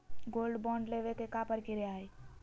Gold bond लेवे के का प्रक्रिया हई?